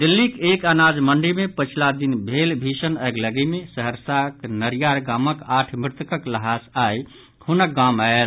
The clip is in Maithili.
दिल्लीक एक अनाज मंडी मे पछिला दिन भेल भीषण अगिलगी मे सहरसाक नरियार गामक आठ मृतकक ल्हास आइ हुनक गाम आयल